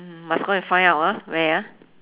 um must go and find out ah where ah